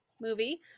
movie